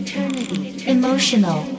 emotional